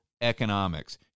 economics